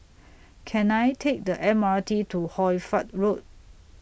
Can I Take The M R T to Hoy Fatt Road